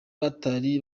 batari